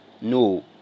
No